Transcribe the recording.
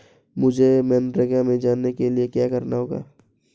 मुझे मनरेगा में जाने के लिए क्या करना होगा?